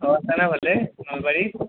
অঁ নলবাৰী